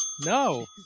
No